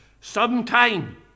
sometime